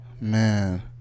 man